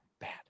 Bad